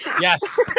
Yes